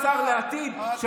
השר לעתיד אתם,